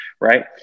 right